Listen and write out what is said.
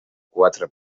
quatre